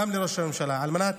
גם לראש הממשלה, על מנת